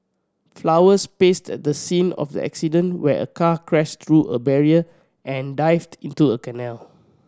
flowers placed at the scene of the accident where a car crashed through a barrier and dived into a canal